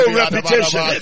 reputation